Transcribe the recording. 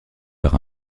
par